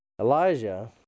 Elijah